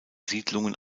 siedlungen